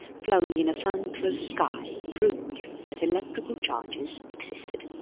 flowing in a thunderous sky proved that electrical charges existed.